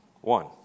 one